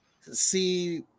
see